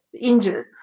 injured